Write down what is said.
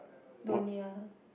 don't need ah